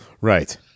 Right